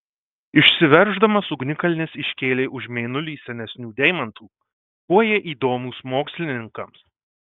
išsiverždamas ugnikalnis iškėlė už mėnulį senesnių deimantų kuo jie įdomūs mokslininkams